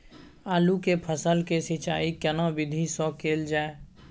आलू के फसल के सिंचाई केना विधी स कैल जाए?